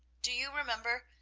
do you remember,